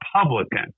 Republican